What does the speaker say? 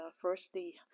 firstly